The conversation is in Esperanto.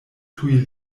tuj